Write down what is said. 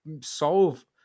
solve